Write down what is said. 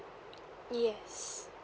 yes